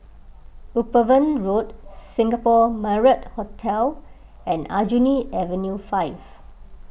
Upavon Road Singapore Marriott Hotel and Aljunied Avenue five